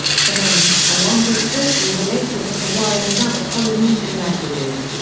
samoan, a language closely related to hawaiian and other polynesian languages,